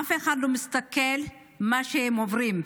אף אחד לא מסתכל על מה שהם עוברים.